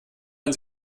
man